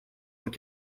deux